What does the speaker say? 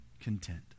content